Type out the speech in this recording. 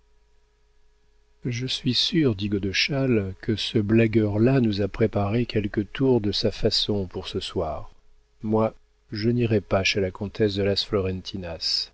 je suis sûr dit godeschal que ce blagueur là nous a préparé quelque tour de sa façon pour ce soir moi je n'irai pas chez la comtesse de las